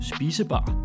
Spisebar